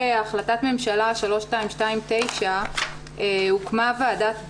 החלטת ממשלה 3229 הוקמה ועדת מדז'יבוז'